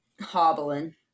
hobbling